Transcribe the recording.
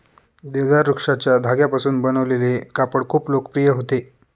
देवदार वृक्षाच्या धाग्यांपासून बनवलेले कापड खूप लोकप्रिय होते